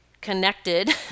connected